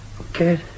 Okay